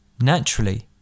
Naturally